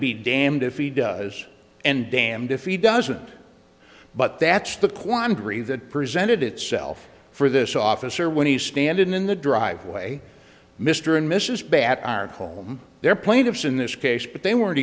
be damned if he does and damned if he doesn't but that's the quandary that presented itself for this officer when he was standin in the driveway mr and mrs bat are home they're plaintiffs in this case but they weren't